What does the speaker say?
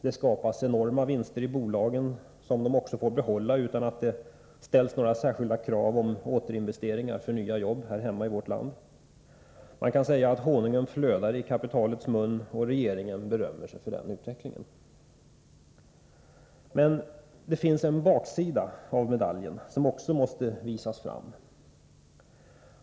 Det skapas enorma vinster i bolagen — vinster som bolagen får behålla utan att det ställs några särskilda krav på återinvesteringar för nya jobb här hemma i vårt land. Man kan säga att honungen flödar i kapitalets mun. Och regeringen berömmer sig för den utvecklingen. Men det finns en baksida av medaljen som också måste visas.